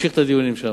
נמשיך את הדיונים שם.